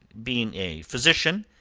being a physician,